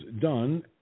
done